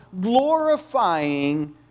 glorifying